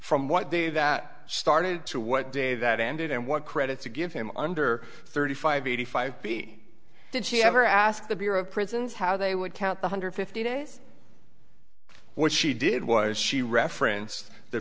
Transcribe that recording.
from what they that started to what day that ended and what credit to give him under thirty five eighty five b did she ever ask the bureau of prisons how they would count one hundred fifty days what she did was she referenced the